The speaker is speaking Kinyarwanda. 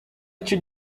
icyo